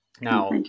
Now